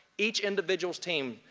each individual's team,